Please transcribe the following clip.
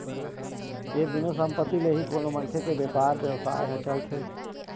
ये दुनो संपत्ति ले ही कोनो मनखे के बेपार बेवसाय ह चलथे